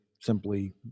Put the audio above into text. simply